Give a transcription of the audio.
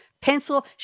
pencil